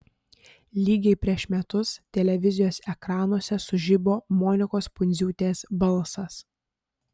lygiai prieš metus televizijos ekranuose sužibo monikos pundziūtės balsas